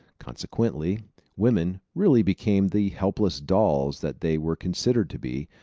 consequently women really became the helpless dolls that they were considered to be,